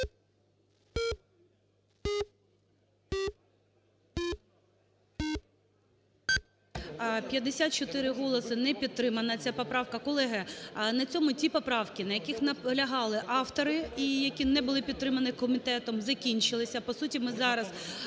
54 голоси. Не підтримана ця поправка. Колеги, на цьому ті поправки, на яких наполягали автори і які не були підтримані комітетом, закінчилися. По суті, ми зараз